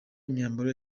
imyambaro